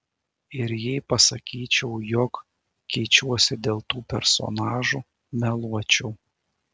ir jei pasakyčiau jog keičiuosi dėl tų personažų meluočiau